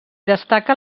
destaca